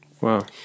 Wow